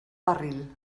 barril